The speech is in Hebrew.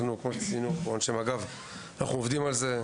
כמו אנשי מג״ב, גם אנחנו עובדים על זה.